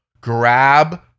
grab